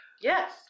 Yes